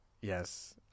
yes